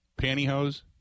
pantyhose